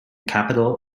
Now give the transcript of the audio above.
capital